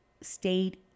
state